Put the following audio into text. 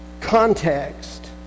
context